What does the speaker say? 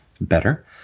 better